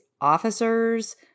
officers